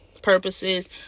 purposes